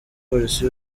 polisi